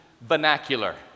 vernacular